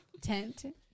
tent